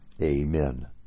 Amen